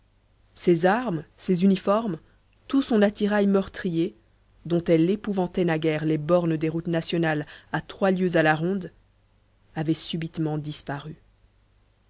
ses armes ses uniformes tout son attirail meurtrier dont elle épouvantait naguère les bornes des routes nationales à trois lieues à la ronde avaient subitement disparu